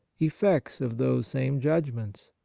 effects of those same judgments.